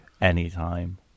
anytime